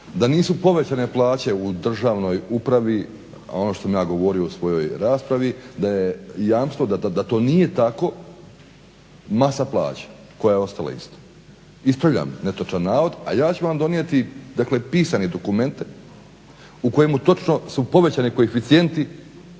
da nisu povećane plaće u državnoj upravi, a ono što sam ja govorio u svojoj raspravi, da je jamstvo da to nije tako masa plaća koja je ostala ista. Ispravljam netočan navod, a ja ću vam donijeti dakle pisane dokumente u kojima točno su povećani koeficijenti